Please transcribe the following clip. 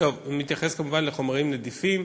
אני מתייחס, כמובן, לחומרים נדיפים.